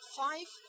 five